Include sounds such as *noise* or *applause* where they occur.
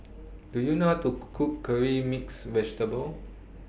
Do YOU know How *noise* to *unintelligible* Cook Curry Mixed Vegetable